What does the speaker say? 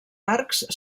arcs